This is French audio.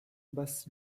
basse